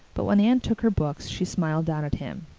but when anne took her books she smiled down at him.